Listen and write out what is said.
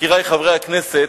יקירי חברי הכנסת,